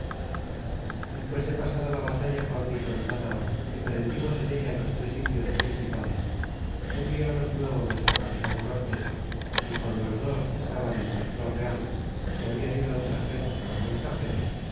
despues de pasada la batalla por mi contada que prendimos en ella los tres indios principales envielos luego nuestro capitan cortés y con los dos que estaban en nuestro real que habian ido otras veces por mensageros